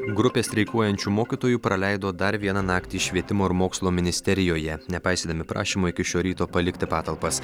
grupė streikuojančių mokytojų praleido dar vieną naktį švietimo ir mokslo ministerijoje nepaisydami prašymo iki šio ryto palikti patalpas